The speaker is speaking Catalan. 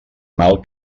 mal